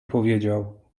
powiedział